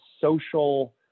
social